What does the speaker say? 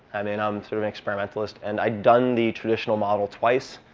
i mean, i'm sort of an experimentalist. and i'd done the traditional model twice.